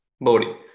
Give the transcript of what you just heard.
body